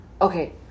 okay